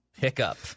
pickup